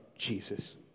Jesus